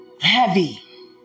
heavy